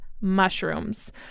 mushrooms